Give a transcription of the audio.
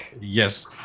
Yes